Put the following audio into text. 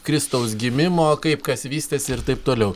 kristaus gimimo kaip kas vystėsi ir taip toliau